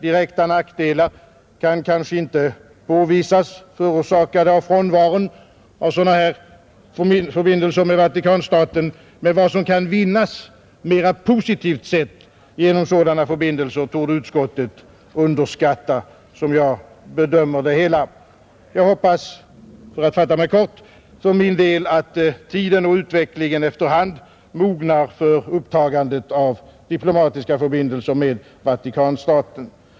Direkta nackdelar kan kanske inte påvisas, förorsakade av frånvaron av sådana här förbindelser med Vatikanstaten, men vad som kan vinnas mera positivt sett genom sådana förbindelser torde utskottet underskatta, som jag bedömer det hela. Jag hoppas, för att fatta mig kort, för min del att tiden och utvecklingen efter hand mognar för upptagande av diplomatiska förbindelser med Vatikanstaten.